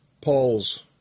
Paul's